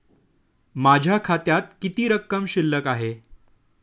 माझ्या खात्यात किती रक्कम शिल्लक आहे?